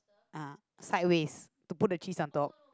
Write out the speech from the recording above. ah sideways to put the cheese on top